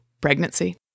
pregnancy